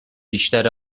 بیشتر